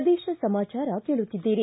ಪ್ರದೇಶ ಸಮಾಚಾರ ಕೇಳುತ್ತಿದ್ದೀರಿ